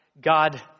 God